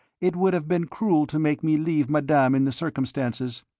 it would have been cruel to make me leave madame in the circumstances.